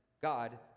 God